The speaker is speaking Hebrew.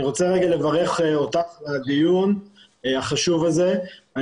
אני רוצה רגע לברך אותך על הדיון החשוב הזה.